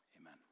Amen